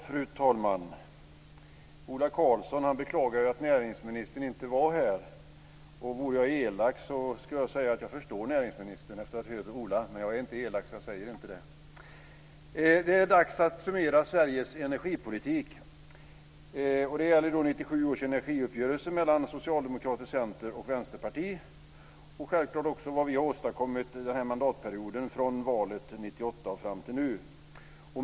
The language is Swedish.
Fru talman! Ola Karlsson beklagar ju att näringsministern inte var här, och vore jag elak så skulle jag säga att jag förstår näringsministern efter att ha hört Ola - men jag är inte elak, så jag säger inte det. Det är dags att summera Sveriges energipolitik. Det gäller då 1997 års energiuppgörelse mellan Socialdemokraterna, Centern och Vänsterpartiet och självklart också vad vi har åstadkommit under den här mandatperioden från valet 1998 och fram till nu.